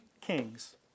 kings